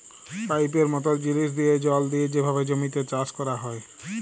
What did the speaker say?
পাইপের মতল জিলিস দিঁয়ে জল দিঁয়ে যেভাবে জমিতে চাষ ক্যরা হ্যয়